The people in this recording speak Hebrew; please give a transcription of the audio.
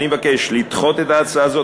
אני מבקש לדחות את ההצעה הזאת,